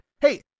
hey